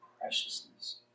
preciousness